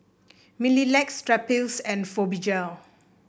Mepilex Strepsils and Fibogel